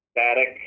static